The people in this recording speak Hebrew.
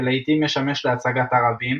ולעיתים משמש להצגת ערבים.